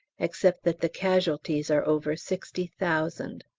except that the casualties are over sixty thousand.